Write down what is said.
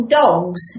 dogs